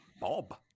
Bob